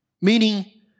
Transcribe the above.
Meaning